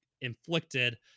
inflicted